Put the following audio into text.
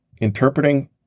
Interpreting